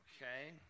Okay